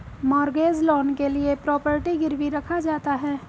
mortgage loan के लिए property गिरवी रखा जाता है